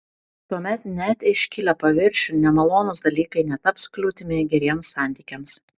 tuomet net iškilę paviršiun nemalonūs dalykai netaps kliūtimi geriems santykiams